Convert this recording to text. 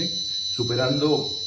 Superando